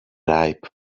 ripe